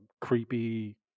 creepy